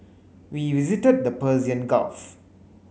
we visited the Persian Gulf